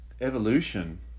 evolution